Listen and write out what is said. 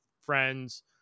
friends